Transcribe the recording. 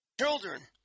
children